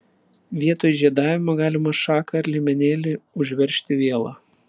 vietoj žiedavimo galima šaką ar liemenėlį užveržti viela